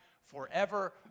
Forever